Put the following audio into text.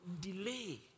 delay